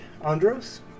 Andros